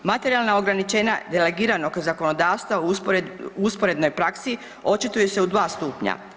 Materijalna ograničenja delegiranog zakonodavstva u usporednoj praksi očituje se u dva stupnja.